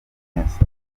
vincent